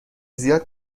زیاد